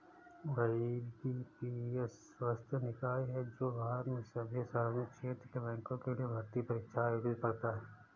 IBPS स्वायत्त निकाय है जो भारत में सभी सार्वजनिक क्षेत्र के बैंकों के लिए भर्ती परीक्षा आयोजित करता है